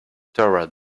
towards